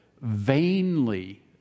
vainly